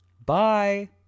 Bye